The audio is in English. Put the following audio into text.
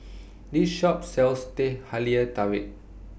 This Shop sells Teh Halia Tarik